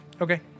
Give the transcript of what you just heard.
Okay